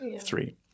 three